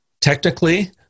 technically